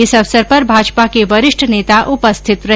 इस अवसर पर भाजपा के वरिष्ठ नेता उपस्थित रहे